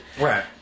Right